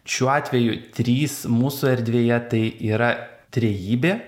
šiuo atveju trys mūsų erdvėje tai yra trejybė